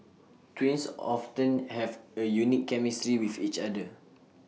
twins often have A unique chemistry with each other